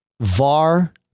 var